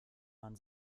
man